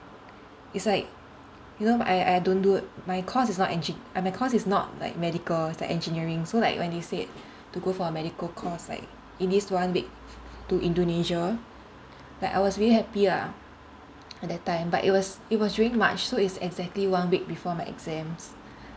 it's like you know I I don't do my course is not engi~ my course is not like medical it's like engineering so like when they said to go for a medical course like in this one week to Indonesia like I was really happy lah at that time but it was it was during March so it's exactly one week before my exams